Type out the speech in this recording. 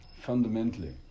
Fundamentally